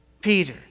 Peter